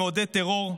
שמעודד טרור,